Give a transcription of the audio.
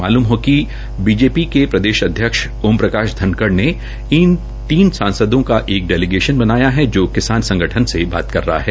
मालूम हो बीजेपी के प्रदेश अध्यक्ष ओम प्रकाश धनखड़ ने इन तीनों सांसदों का एक डेलीगेशन बनाया है जो किसान संगठनों से बात कर रहा है